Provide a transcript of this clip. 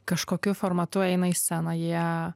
kažkokiu formatu eina į sceną jie